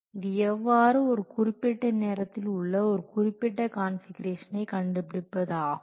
இது எவ்வாறு ஒரு குறிப்பிட்ட நேரத்தில் உள்ள ஒரு குறிப்பிட்ட கான்ஃபிகுரேஷனை கண்டுபிடிப்பது ஆகும்